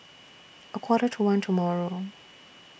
A Quarter to one tomorrow